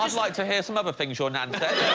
like to hear some other things your nan said.